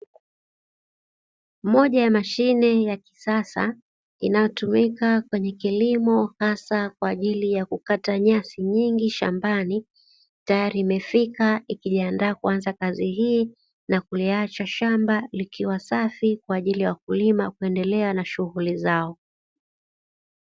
Moja ya mashine ya kisasa, inayotumika kwenye kilimo hasa kwa ajili ya kukata nyasi nyingi shambani, tayari imefika ikijiandaa kuanza kazi hii, na kuliacha shamba likiwa safi, kwa ajili ya wakulima kuendelea na shughuli zao.